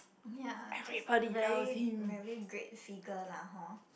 ya just very very great figure lah hor